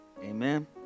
Amen